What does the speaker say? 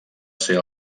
ser